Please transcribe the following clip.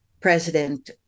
president